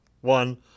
One